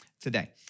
today